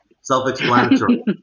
self-explanatory